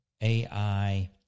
AI